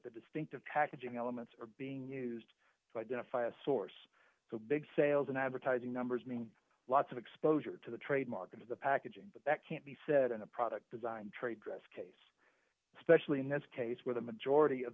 the distinctive packaging elements are being used to identify a source so big sales and advertising numbers mean lots of exposure to the trademark of the packaging but that can't be said in a product design trade dress case especially in this case where the majority of